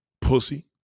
Pussy